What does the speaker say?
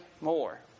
more